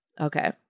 Okay